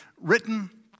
written